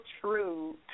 true